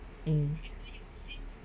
mm